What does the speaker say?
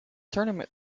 tournament